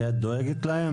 כי את דואגת להם?